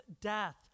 death